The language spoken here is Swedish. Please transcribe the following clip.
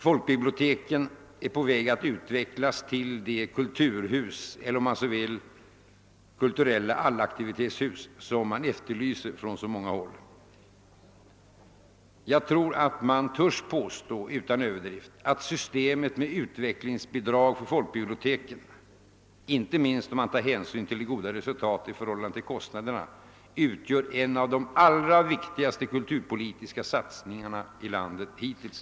Folkbiblioteken är på väg att utvecklas till de kulturhus eller om man så vill kulturella allaktivitetshus som från så många håll efterlyses. Jag tror att man utan överdrift törs påstå att systemet med utvecklingsbidrag för folkbiblioteken — inte minst med hänsyn tagen till det goda resultatet i förhållande till kostnaderna — utgör en av de allra viktigaste kulturpolitiska satsningarna i landet hittills.